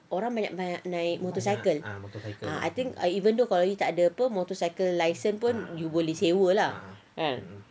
orang banyak-banyak naik motorcycle ah I think even though kalau you tak ada motorcycle license pun you bole sewa lah kan